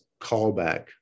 callback